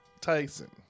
Tyson